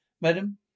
Madam